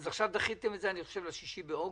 אני חושב שדחיתם את זה עד ה-6 באוגוסט.